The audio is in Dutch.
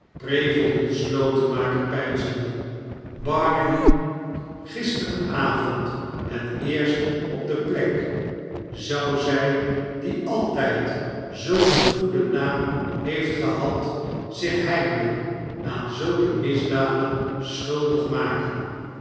prevelde de slotenmaker peinzende barnaby gisterenavond het eerst op de plek zou zij die altijd zulk een goeden naam heeft gehad zich heimelijk aan zulke misdaden schuldig maken